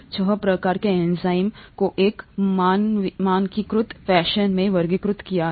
छह प्रकार के एंजाइमों को एक मानकीकृत फैशन में वर्गीकृत किया गया है